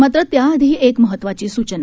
मात्र त्याआधी एक महत्वाची सुचना